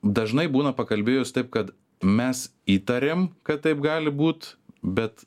dažnai būna pakalbėjus taip kad mes įtarėm kad taip gali būt bet